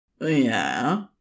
Yeah